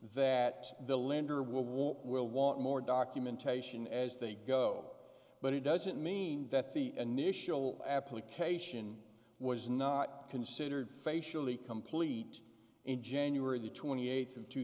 that the lender will want will want more documentation as they go but it doesn't mean that the initial application was not considered facially complete in january the twenty eighth of two